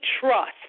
trust